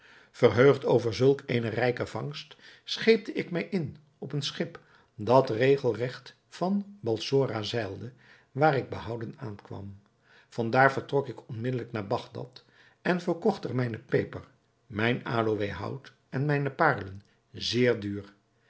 verheugd over zulk eene rijke vangst scheepte ik mij in op een schip dat regelregt naar balsora zeilde waar ik behouden aankwam van daar vertrok ik onmiddelijk naar bagdad en verkocht er mijne peper mijn aloéhout en mijne parelen zeer duur